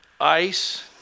Ice